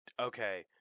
okay